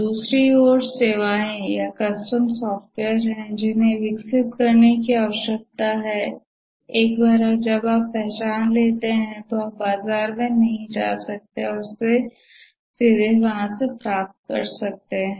दूसरी ओर सेवाएं कस्टम सॉफ्टवेयर हैं जिन्हें विकसित करने की आवश्यकता है एक बार जब आप पहचान लेते हैं तो आप बाजार में नहीं जा सकते हैं और इसे सीधे प्राप्त कर सकते हैं